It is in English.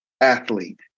athlete